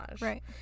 Right